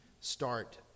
start